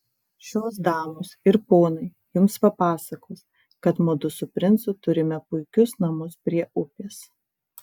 šios damos ir ponai jums papasakos kad mudu su princu turime puikius namus prie upės